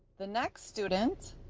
the next student